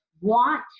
want